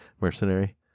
mercenary